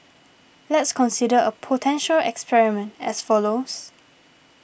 let's consider a potential experiment as follows